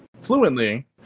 fluently